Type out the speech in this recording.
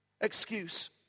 excuse